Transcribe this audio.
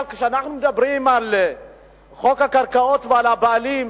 אבל כשאנחנו מדברים על חוק הקרקעות ועל הבעלים,